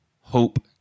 hope